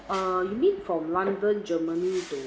ah you mean from london germany